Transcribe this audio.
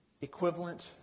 Equivalent